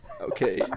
Okay